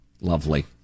Lovely